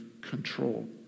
control